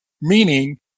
Meaning